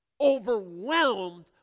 overwhelmed